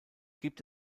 gibt